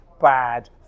bad